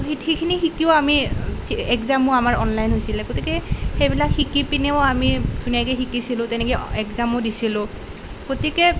তো সেইখিনি শিকিও আমি এগ্জামো আমাৰ অনলাইন হৈছিলে গতিকে সেইবিলাক শিকি পিনিও আমি ধুনীয়াকে শিকিছিলোঁ তেনেকৈ এগ্জামো দিছিলোঁ গতিকে